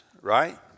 right